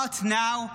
Not now.